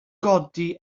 godi